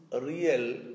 real